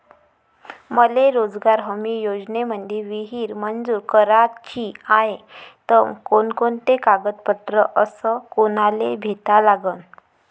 मले रोजगार हमी योजनेमंदी विहीर मंजूर कराची हाये त कोनकोनते कागदपत्र अस कोनाले भेटा लागन?